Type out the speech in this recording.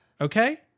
Okay